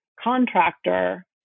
contractor